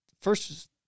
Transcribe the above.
first